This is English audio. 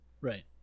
Right